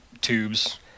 tubes